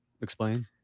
explain